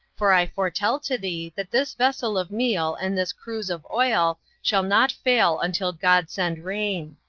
for i foretell to thee that this vessel of meal and this cruse of oil shall not fail until god send rain.